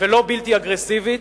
ולא בלתי אגרסיבית.